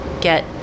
get